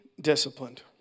disciplined